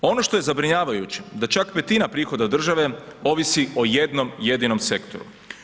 Ono što je zabrinjavajuće da čak petina prihoda države ovisi o jednom jedinom sektoru.